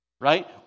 Right